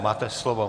Máte slovo.